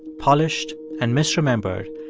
polished and misremembered,